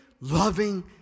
loving